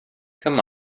come